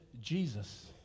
Jesus